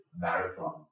marathon